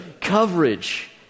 coverage